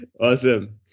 awesome